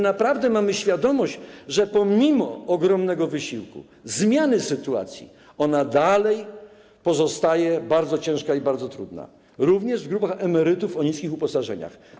Naprawdę mamy świadomość, że pomimo ogromnego wysiłku, zmiany sytuacji, ona dalej pozostaje bardzo ciężka i bardzo trudna, również w grupach emerytów o niskich uposażeniach.